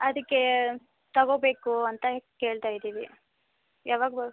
ಅದಕ್ಕೆ ತಗೋಬೇಕು ಅಂತ ಕೇಳ್ತಾ ಇದ್ದೀವಿ ಯಾವಾಗ